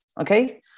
okay